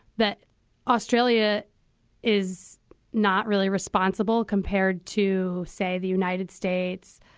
that australia is not really responsible compared to, say, the united states,